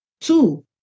Two